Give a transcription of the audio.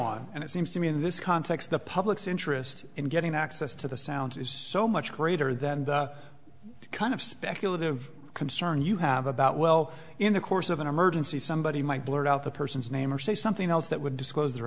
on and it seems to me in this context the public's interest in getting access to the sound is so much greater than the kind of speculative concern you have about well in the course of an emergency somebody might blurt out the person's name or say something else that would disclose their